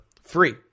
free